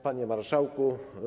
Panie Marszałku!